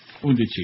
Undici